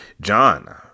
John